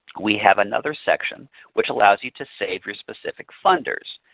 we have another section which allows you to save your specific funders.